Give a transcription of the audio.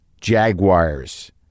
Jaguars